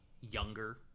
younger